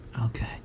Okay